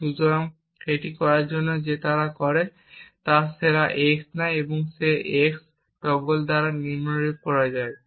সুতরাং এটি করার জন্য সে যা করে তা হল সে x নেয় এবং সে x দ্বারা নিম্নরূপ তৈরি করে